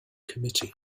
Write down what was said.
committee